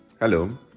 Hello